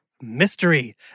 Mystery